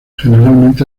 generalmente